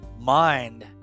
mind